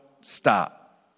stop